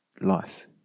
life